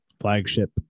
flagship